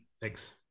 Thanks